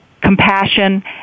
compassion